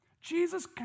Jesus